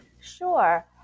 Sure